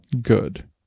good